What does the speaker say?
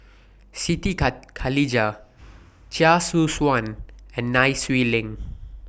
Siti Khalijah Chia Choo Suan and Nai Swee Leng